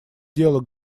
дело